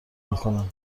میکنن